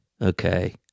Okay